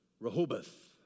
Rehoboth